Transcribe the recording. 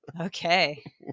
Okay